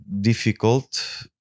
difficult